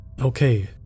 Okay